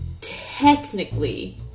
technically